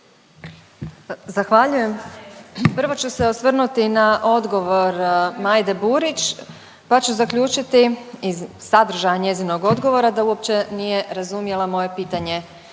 Zahvaljujem. Prvo ću se osvrnuti na odgovor Majde Burić pa ću zaključiti iz sadržaja njezinog odgovora da uopće nije razumjela moje pitanje